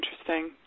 interesting